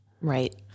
Right